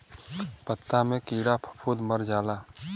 पत्ता मे कीड़ा फफूंद मर जाला